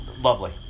Lovely